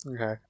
Okay